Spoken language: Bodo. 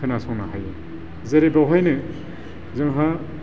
खोनासंनो हायो जेरै बेवहायनो जोंहा